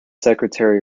secretary